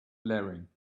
blaring